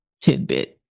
tidbit